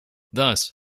thus